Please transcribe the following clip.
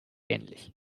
ähnlich